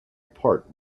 part